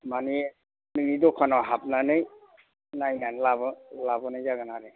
मानि नोंनि दखानाव हाबनानै नायनानै लाबो लाबोनाय जागोन आरो